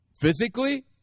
physically